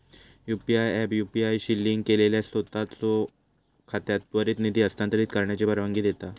UPI app UPI शी link केलेल्या सोताचो खात्यात त्वरित निधी हस्तांतरित करण्याची परवानगी देता